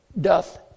doth